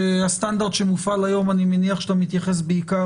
שהסטנדרט שמופעל היום אני מניח שאתה מתייחס בעיקר